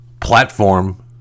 platform